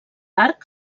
arc